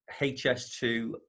HS2